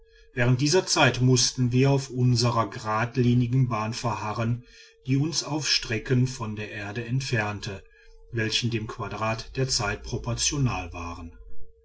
während dieser zeit mußten wir auf unsrer gradlinigen bahn verharren die uns auf strecken von der erde entfernte welche dem quadrat der zeit proportional waren